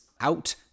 out